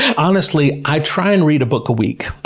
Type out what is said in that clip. honestly, i try and read a book a week.